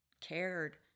cared